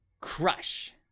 crush